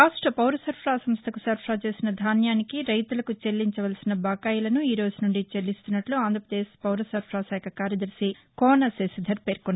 రాష్ట్ర పౌరసరఫరా సంస్లకు సరఫరా చేసిన ధాన్యానికి రైతులకు చెల్లించవలసిన బకాయిలను ఈ రోజు నుండి చెల్లిస్తున్నట్ల ఆంధ్రప్రదేశ్ పౌరసరఫరా శాఖ కార్యదర్శి కోన శశిధర్ పేర్కొన్నారు